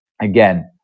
again